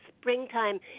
springtime